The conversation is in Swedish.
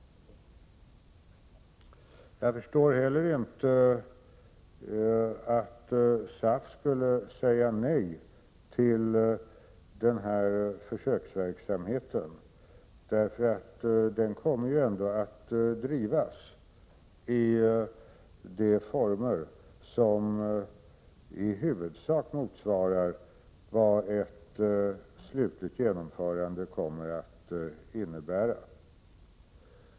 Jag förstår heller inte att SAF skulle säga nej till försöksverksamheten. Den kommer ju att bedrivas i former som i huvudsak motsvarar vad ett slutligt genomförande kommer att innebära.